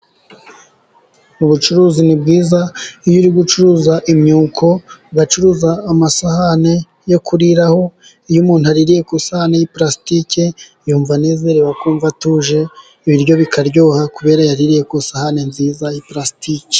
Ubucuruzi ni bwiza iyo uri gucuruza imyuko. Bacuruza amasahani yo kuriraho. Iyo umuntu aririye ku isahani y'i plastic yumva anezerewe kumva atuje ;ibiryo bikaryoha kubera yariririye ku isahane nziza ya plastic.